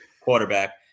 quarterback